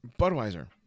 Budweiser